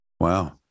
Wow